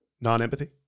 non-empathy